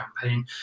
campaign